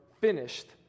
finished